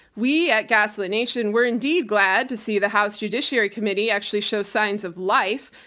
we at gaslit nation were indeed glad to see the house judiciary committee actually show signs of life,